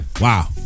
Wow